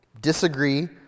disagree